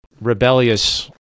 rebellious